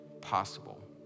possible